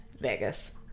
Vegas